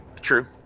True